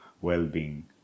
well-being